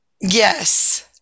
Yes